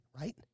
right